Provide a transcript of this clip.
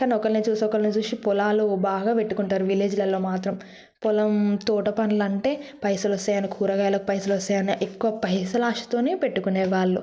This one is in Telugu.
కానీ ఒకరిని చూసి ఒకరిని చూసి పొలాలు బాగా పెట్టుకుంటారు విలేజ్లల్లో మాత్రం పొలం తోట పనులు అంటే పైసలు వస్తాయని కూరగాయలకు పైసలు వస్తాయని ఎక్కువ పైసలు వస్తానే పెట్టుకునేవాళ్ళు